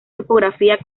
topografía